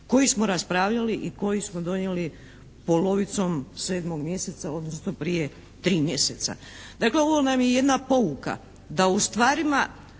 koji smo raspravljali i koji smo donijeli polovicom 7. mjeseca, odnosno prije tri mjeseca. Dakle ovo nam je jedna pouka da u stvarima